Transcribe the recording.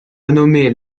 renommé